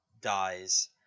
dies